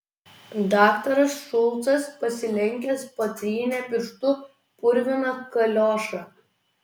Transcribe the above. daktaras šulcas pasilenkęs patrynė pirštu purviną kaliošą